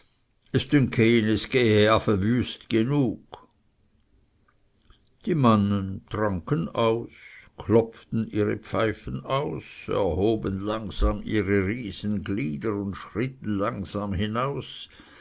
es gehe afe wüst genug die mannen tranken aus klopften ihre pfeifen aus erhoben langsam ihre riesenglieder und schritten langsam hinaus